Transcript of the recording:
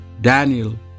Daniel